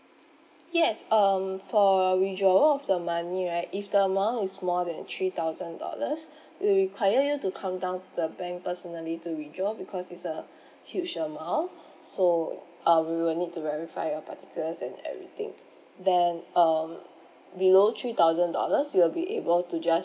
yes um for withdrawal of the money right if the amount is more than three thousand dollars we require you to come down the bank personally to withdraw because it's a huge amount so uh we will need to verify your particulars and everything then um below three thousand dollars you will be able to just